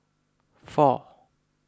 four